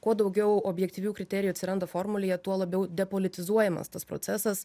kuo daugiau objektyvių kriterijų atsiranda formulėje tuo labiau depolitizuojamas tas procesas